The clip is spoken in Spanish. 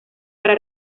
para